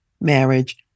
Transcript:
marriage